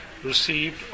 Received